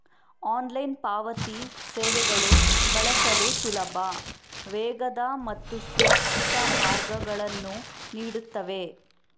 online ಪಾವತಿ ಸೇವೆಗಳು ಬಳಸಲು ಸುಲಭ, ವೇಗದ ಮತ್ತು ಸುರಕ್ಷಿತ ಮಾರ್ಗಗಳನ್ನು ನೀಡುತ್ತವೆ